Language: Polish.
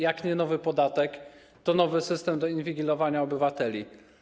Jak nie nowy podatek, to nowy system do inwigilowania obywateli.